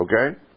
Okay